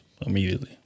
Immediately